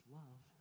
love